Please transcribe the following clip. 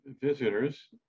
visitors